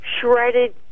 Shredded